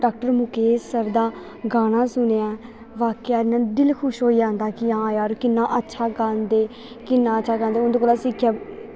doctor Mukesh sir दा गाना सुनेआ वाक्य दिल खुश होई जंदा हां जार किन्ना अच्छा गांदे किन्ना अच्छा गांदे उं'दै कोला दा सिक्खेआ